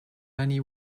many